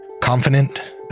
confident